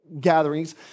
gatherings